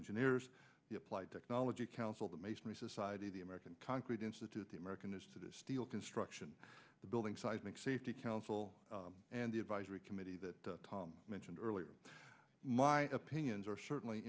engineers the applied technology council that makes me society the american concrete institute the american institute steel construction the building seismic safety council and the advisory committee that tom mentioned earlier my opinions are certainly